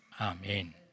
Amen